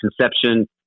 conception